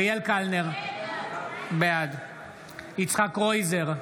בעד יצחק קרויזר,